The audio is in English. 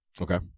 okay